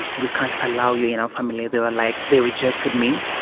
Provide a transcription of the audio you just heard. we can't allow you in our family. they like they rejected me,